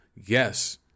yes